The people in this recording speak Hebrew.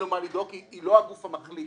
אין לו מה לדאוג כי היא לא הגוף המחליט,